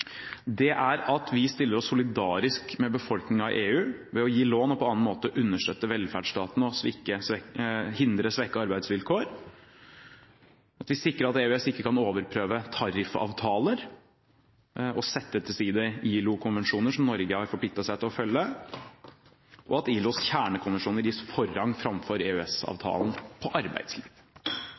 er viktige framover, er at vi stiller oss solidarisk med befolkningen i EU ved å gi lån og på annen måte understøtte velferdsstaten og hindre svekkede arbeidsvilkår, at vi sikrer at EØS ikke kan overprøve tariffavtaler og sette til side ILO-konvensjoner som Norge har forpliktet seg til å følge, og at ILOs kjernekonvensjoner gis forrang framfor EØS-avtalen på arbeidsliv.